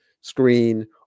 screen